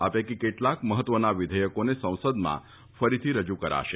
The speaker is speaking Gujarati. આ પૈકી કેટલાક મહત્વના વિધેયકોને સંસદમાં ફરીથી રજુ કરાશે